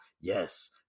yes